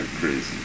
crazy